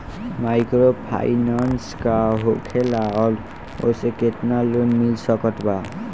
Microfinance का होखेला और ओसे केतना लोन मिल सकत बा?